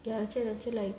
ya chill chill like